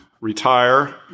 retire